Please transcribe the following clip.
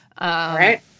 Right